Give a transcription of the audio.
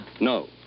No